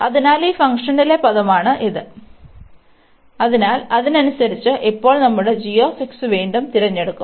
അതിനാൽ ഈ ഫംഗ്ഷനിലെ പദമാണ് ഇത് അതിനാൽ അതിനനുസരിച്ച് ഇപ്പോൾ നമ്മുടെ g വീണ്ടും തിരഞ്ഞെടുക്കും